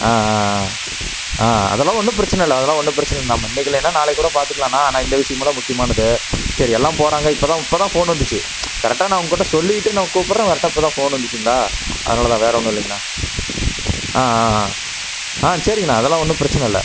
ஆ ஆ ஆ ஆ அதெல்லாம் ஒன்றும் பிரச்சின இல்லை அதெல்லாம் ஒன்றும் பிரச்சின இல்லை நம்ம இன்றைக்கு இல்லைன்னால் நாளைக்கு கூட பார்த்துக்கலாண்ணா ஆனால் இந்த விஷயமெல்லாம் முக்கியமானது சரி எல்லாம் போகிறாங்க இப்போ தான் இப்போ தான் ஃபோன் வந்துச்சு கரெக்டாக நான் உங்கள் கிட்டே சொல்லிவிட்டு நான் கூப்பிட்றேன் கரெக்டாக இப்போ தான் ஃபோன் வந்துச்சுங்களா அதனால் தான் வேறு ஒன்றும் இல்லைங்கண்ணா ஆ ஆ ஆ ஆ சரிங்கண்ணா அதெல்லாம் ஒன்றும் பிரச்சின இல்லை